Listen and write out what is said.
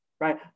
right